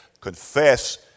confess